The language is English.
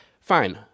fine